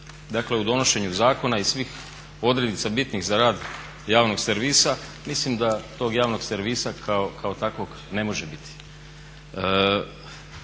dakle u donošenju zakona i svih odrednica bitnih za rad javnog servisa mislim da tog javnog servisa kao takvog ne može biti.